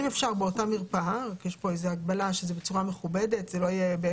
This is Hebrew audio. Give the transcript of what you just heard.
אם אפשר באותה מרפאה אלא שיש כאן הגבלה שזה בצורה